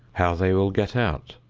how they will get out,